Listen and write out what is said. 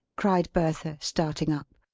cried bertha, starting up.